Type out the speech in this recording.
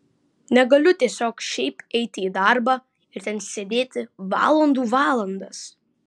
negaliu tiesiog šiaip eiti į darbą ir ten sėdėti valandų valandas